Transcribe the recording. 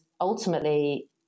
ultimately